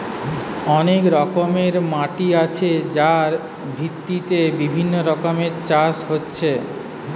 অনেক রকমের মাটি আছে যার ভিত্তিতে বিভিন্ন রকমের চাষ হচ্ছে